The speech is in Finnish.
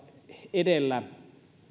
edellä